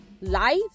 life